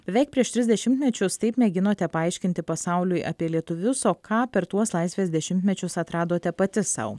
beveik prieš tris dešimtmečius taip mėginote paaiškinti pasauliui apie lietuvius o ką per tuos laisvės dešimtmečius atradote pati sau